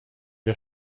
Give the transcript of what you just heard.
der